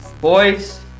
boys